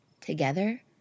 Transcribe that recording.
Together